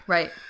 Right